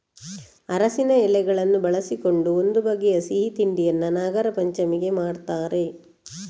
ಅರಸಿನ ಎಲೆಗಳನ್ನು ಬಳಸಿಕೊಂಡು ಒಂದು ಬಗೆಯ ಸಿಹಿ ತಿಂಡಿಯನ್ನ ನಾಗರಪಂಚಮಿಗೆ ಮಾಡ್ತಾರೆ